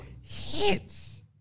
hits